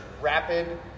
Rapid